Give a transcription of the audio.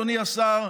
אדוני השר,